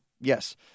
Yes